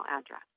address